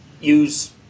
use